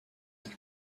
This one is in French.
des